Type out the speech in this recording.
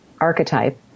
archetype